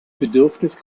bedürfnis